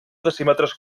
decímetres